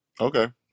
Okay